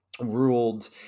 ruled